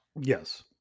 yes